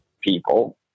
people